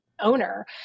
owner